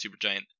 Supergiant